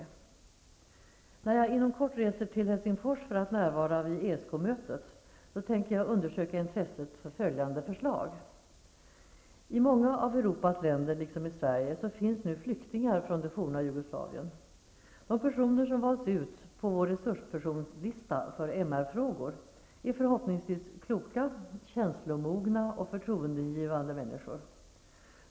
När jag inom kort reser till Helsingfors för att närvara vid ESK-mötet tänker jag undersöka intresset för följande förslag. I många av Europas länder liksom i Sverige finns nu flyktingar från det forna Jugoslavien. De personer som valts ut på vår resurspersonlista för MR-frågor är förhoppningsvis kloka, känslomogna och förtroendeingivande människor.